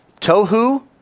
tohu